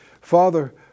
Father